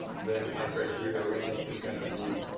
then my criteria range is going to be